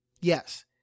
Yes